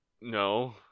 No